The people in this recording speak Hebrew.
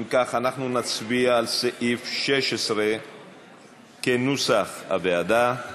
אם כך, אנחנו נצביע על סעיף 16 כנוסח הוועדה.